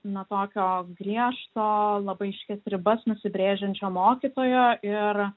na tokio griežto labai aiškias ribas nusibrėžiančio mokytojo ir